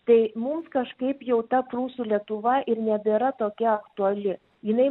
tai mums kažkaip jau ta prūsų lietuva ir nebėra tokia aktuali jinai